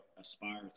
aspire